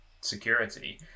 security